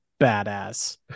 badass